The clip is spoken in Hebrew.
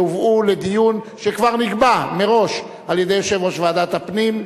יובאו לדיון שכבר נקבע מראש על-ידי יושב-ראש ועדת הפנים.